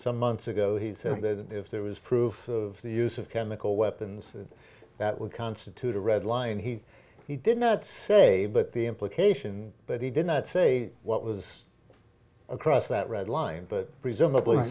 some months ago he said that if there was proof of the use of chemical weapons that would constitute a red line he he did not say but the implication but he did not say what was across that red line but presumably